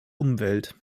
umwelt